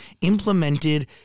implemented